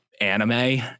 anime